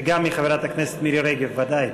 וגם מחברת הכנסת מירי רגב, ודאי.